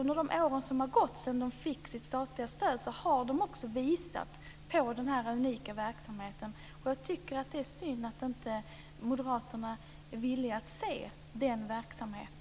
Under de år som har gått sedan museet fick sitt statliga stöd tycker jag också att man har visat på den här unika verksamheten. Det är synd att inte moderaterna är villiga att se den verksamheten.